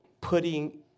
putting